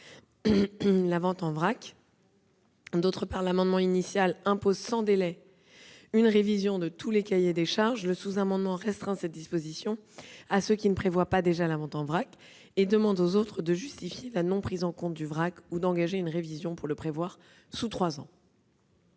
vente en vrac. En outre, l'amendement n° 221 vise à imposer sans délai une révision de tous les cahiers des charges ; le sous-amendement tend à restreindre cette disposition à ceux qui ne prévoient pas déjà la vente en vrac et à demander aux autres de justifier la non-prise en compte du vrac ou d'engager une révision pour la prévoir sous trois ans.